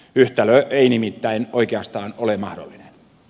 yhtälö ei nimittäin oikeastaan ole mahdollinen